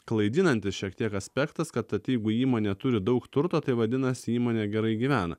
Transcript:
klaidinantis šiek tiek aspektas kad tad jeigu įmonė turi daug turto tai vadinasi įmonė gerai gyvena